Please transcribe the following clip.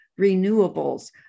renewables